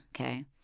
okay